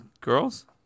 girls